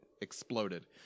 exploded